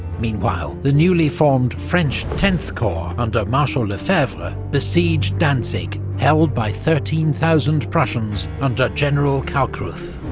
meanwhile, the newly-formed french tenth corps under marshal lefebvre besieged danzig, held by thirteen thousand prussians under general kalkreuth.